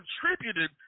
contributed